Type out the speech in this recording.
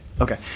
Okay